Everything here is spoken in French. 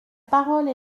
parole